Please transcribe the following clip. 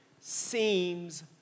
seems